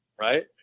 right